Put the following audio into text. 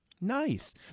Nice